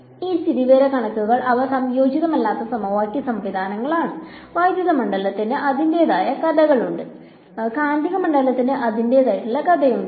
ഈ സ്ഥിതിവിവരക്കണക്കുകൾ അവ സംയോജിതമല്ലാത്ത സമവാക്യ സംവിധാനമാണ് വൈദ്യുത മണ്ഡലത്തിന് അതിന്റേതായ കഥയുണ്ട് കാന്തിക മണ്ഡലത്തിന് അതിന്റേതായ കഥയുണ്ട്